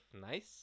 nice